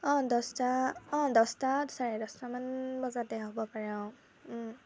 অঁ দহটা অঁ দহটা চাৰে দহটামান বজাতে হ'ব পাৰে অঁ